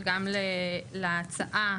וגם להצעה,